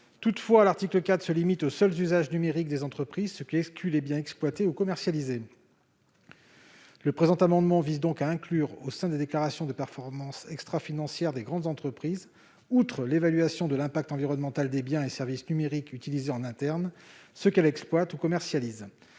en son article 4, aux seuls usages numériques des entreprises, ce qui exclut les biens exploités ou commercialisés. Le présent amendement vise donc à inclure, au sein des déclarations de performance extrafinancière des grandes entreprises, outre l'évaluation de l'impact environnemental des biens et services numériques utilisés en interne, ceux qui sont exploités ou commercialisés.